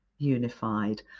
unified